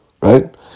Right